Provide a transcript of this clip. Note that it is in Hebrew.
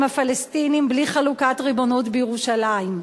הפלסטינים בלי חלוקת ריבונות בירושלים.